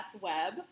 web